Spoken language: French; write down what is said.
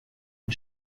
une